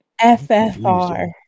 FFR